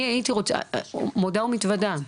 אני מודה ומתוודה,